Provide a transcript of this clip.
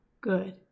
good